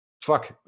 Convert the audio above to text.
Fuck